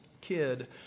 kid